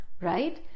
right